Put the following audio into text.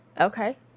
Okay